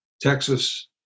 Texas